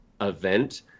event